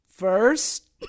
first